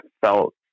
felt